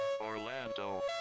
Orlando